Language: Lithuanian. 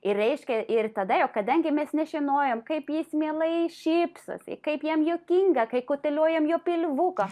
ir reiškia ir tada jau kadangi mes nežinojom kaip jis mielai šypsosi kaip jam juokinga kai kuteliojam jo pilvuką